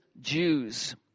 Jews